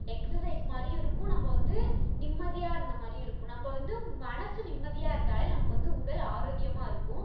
exercise மாதிரியும் இருக்கும் நம்ம வந்து நிம்மதியாக இருந்த மாதிரியும் இருக்கும் நம்ம வந்து மனசு நிம்மதியாக இருந்தாலே நமக்கு வந்து உடல் ஆரோக்கியமாக இருக்கும்